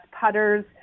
putters